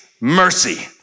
mercy